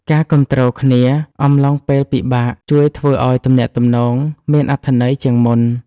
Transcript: ការគាំទ្រគ្នាអំឡុងពេលពិបាកជួយធ្វើឱ្យទំនាក់ទំនងមានអត្ថន័យជាងមុន។